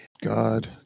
god